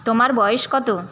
তোমার বয়স কত